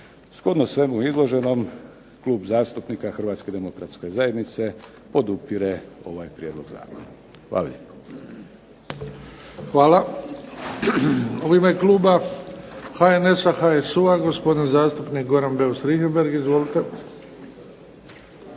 Shodno svemu izloženom Klub zastupnika Hrvatske demokratske zajednice podupire ovaj prijedlog zakona. Hvala lijepo. **Bebić, Luka (HDZ)** Hvala. U ime kluba HNS-a, HSU-a gospodin zastupnik Goran Beus Richembergh. Izvolite.